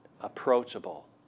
Approachable